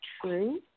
true